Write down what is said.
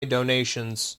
donations